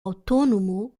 autônomo